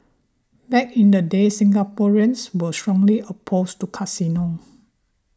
back in the day Singaporeans were strongly opposed to casinos